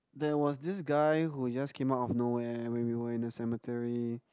there was this guy who just came up of no where when we were in the cemetery